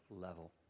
level